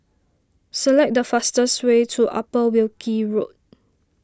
select the fastest way to Upper Wilkie Road